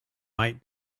might